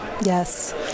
Yes